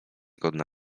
godna